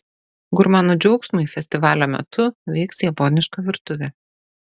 gurmanų džiaugsmui festivalio metu veiks japoniška virtuvė